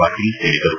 ಪಾಟೀಲ್ ಹೇಳಿದರು